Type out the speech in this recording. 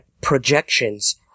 projections